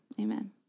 Amen